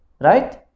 right